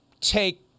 take